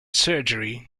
surgery